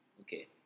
okay